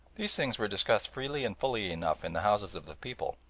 these things were discussed freely and fully enough in the houses of the people,